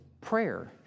prayer